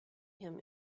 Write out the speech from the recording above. him